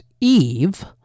Eve